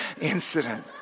incident